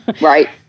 Right